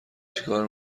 چیکار